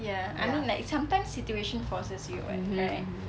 ya I mean like sometimes situation forces you [what] right